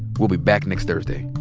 we'll be back next thursday